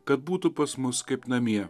kad būtų pas mus kaip namie